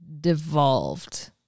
devolved